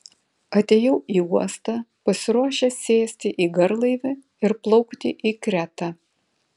atėjau į uostą pasiruošęs sėsti į garlaivį ir plaukti į kretą